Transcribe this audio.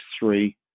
three